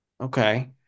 Okay